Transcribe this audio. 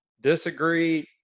disagree